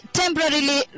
temporarily